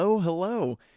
hello